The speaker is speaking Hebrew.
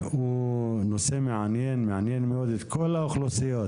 הוא נושא מעניין מאוד לכל האוכלוסיות.